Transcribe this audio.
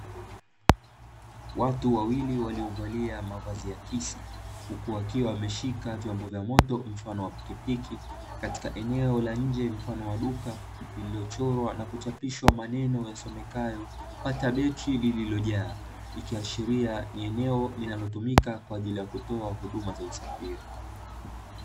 Watu wawili waliovalia mavazi akisi, huku wakiwa wameshika vyombo vya moto mfano wa pikipiki, katika eneo la nje mfano wa duka liliochorwa na kuchapishwa maneno yasomekayo “pata betri lililojaa” likiashiria ni eneo linalotumika kwa ajili ya kutoa huduma za usafiri.